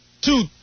two